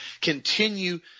continue